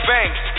Banks